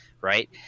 Right